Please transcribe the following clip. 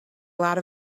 lot